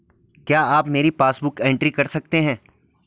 क्या आप मेरी पासबुक बुक एंट्री कर सकते हैं?